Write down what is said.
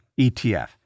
ETF